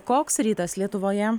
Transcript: o koks rytas lietuvoje